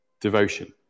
devotion